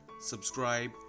subscribe